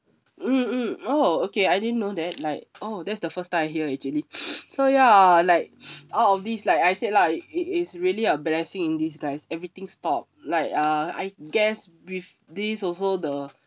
mm mm oh okay I didn't know that like oh that's the first time I hear actually so ya like out of this like I said lah it is really a blessing in disguise everything stop like uh I guess with these also the